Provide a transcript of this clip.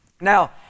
Now